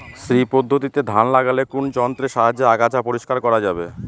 শ্রী পদ্ধতিতে ধান লাগালে কোন যন্ত্রের সাহায্যে আগাছা পরিষ্কার করা যাবে?